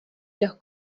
los